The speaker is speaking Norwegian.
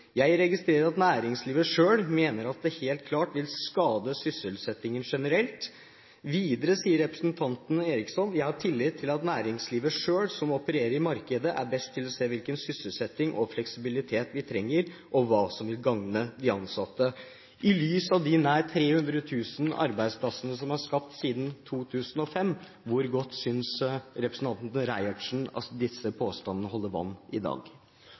Jeg registrerer at næringslivet selv mener at det helt klart vil skade sysselsettingen generelt» Videre sier representanten Eriksson: «Jeg har tillit til at næringslivet selv, som opererer i markedet, er best til å se hvilken type sysselsetting og fleksibilitet vi trenger, og hva som også vil gagne de ansatte» I lys av de nær 300 000 arbeidsplassene som er skapt siden 2005: Hvor godt synes representanten Reiertsen at disse påstandene holder vann i dag?